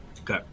Okay